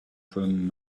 from